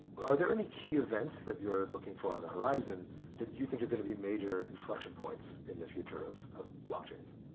are there any key events that you're looking for on the horizon that you think are going to be major inflexion points in the future of of blockchains?